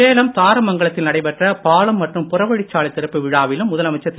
சேலம் தாரமங்கலத்தில் நடைபெற்ற பாலம் மற்றும் புறவழிச்சாலை திறப்பு விழாவிலும் முதலமைச்சர் திரு